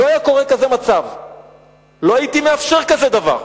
לא הייתי מאפשר כזה דבר.